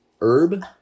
herb